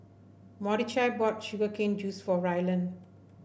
Mordechai bought Sugar Cane Juice for Ryland